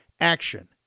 Action